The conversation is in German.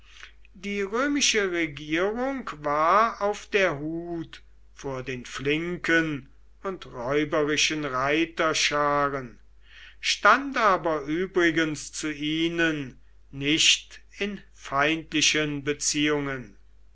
die römische regierung war auf der hut vor den flinken und räuberischen reiterscharen stand aber übrigens zu ihnen nicht in feindlichen beziehungen